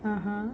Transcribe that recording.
(uh huh)